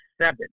seven